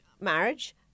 Marriage